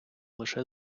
лише